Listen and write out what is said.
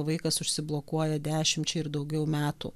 vaikas užsiblokuoja dešimčiai ir daugiau metų